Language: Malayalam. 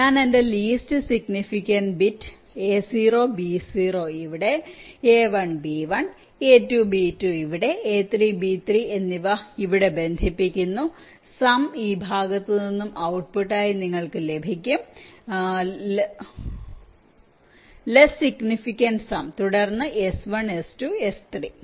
ഞാൻ എന്റെ least significant bit A0 B0 ഇവിടെ A1 B1 A2 B2 ഇവിടെ A3 B3 എന്നിവ ഇവിടെ ബന്ധിപ്പിക്കുന്നു സം ഈ ഭാഗത്തുനിന്നും ഔട്ട്പുട്ടായി നിങ്ങൾക്ക് ലഭിക്കും ലെസ്സ് സിഗ്നിഫിക്കണ്ട് സം തുടർന്ന് എസ് 1 എസ് 2 എസ് 3